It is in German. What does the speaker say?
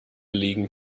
liegen